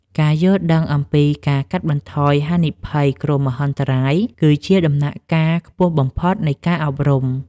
ការយល់ដឹងអំពីការកាត់បន្ថយហានិភ័យគ្រោះមហន្តរាយ គឺជាដំណាក់កាលខ្ពស់បំផុតនៃការអប់រំ។